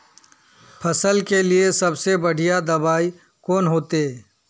फसल के लिए सबसे बढ़िया दबाइ कौन होते?